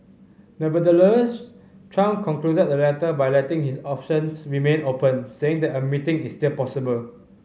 Nevertheless Trump concluded the letter by letting his options remain open saying that a meeting is still possible